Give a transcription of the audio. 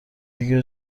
دیگه